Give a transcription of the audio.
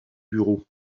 bureaux